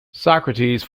socrates